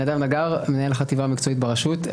אני נדב נגר, מנהל החטיבה המקצועית ברשות המיסים.